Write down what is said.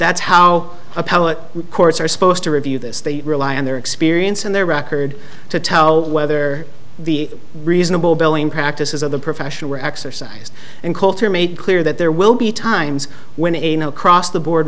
that's how appellate courts are supposed to review this they rely on their experience and their record to tell whether the reasonable billing practices of the profession were exercised and coulter made clear that there will be times when a no across the board